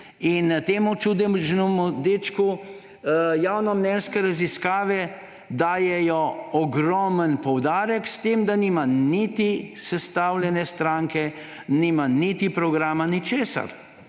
in temu čudežnemu dečku javnomnenjske raziskave dajejo ogromen poudarek, s tem da nima niti sestavljene stranke niti programa, ničesar.